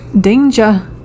Danger